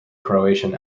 croatian